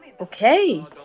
Okay